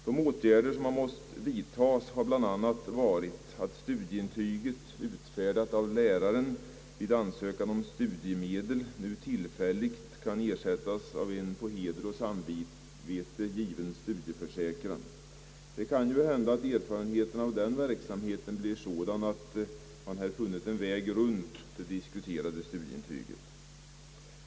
De åtgärder som man har måst vidta har bl.a. medfört att studieintyget, utfärdat av läraren, vid ansökan av studiemedel nu tillfälligt kan ersättas av en på heder och samvete given studieförsäkran, Det kan ju hända att erfarenheterna av denna verksamhet blir sådana, att det visar sig att man har funnit en väg runt det diskuterade studieintyget.